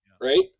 right